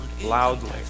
loudly